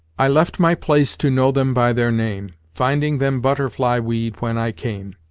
i left my place to know them by their name, finding them butterfly weed when i came.